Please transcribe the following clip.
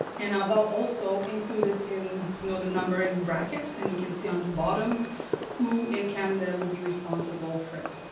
and ah about also, included in you know, the number in brackets, and you can see on the bottom who in canada would be responsible for it.